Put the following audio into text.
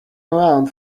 around